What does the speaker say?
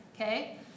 okay